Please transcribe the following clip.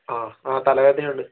ആ ആ തലവേദനയുണ്ട്